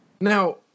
Now